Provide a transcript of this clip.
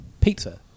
Pizza